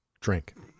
drink